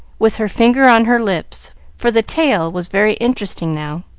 with her finger on her lips, for the tale was very interesting now.